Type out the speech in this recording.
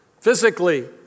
physically